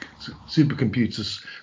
supercomputers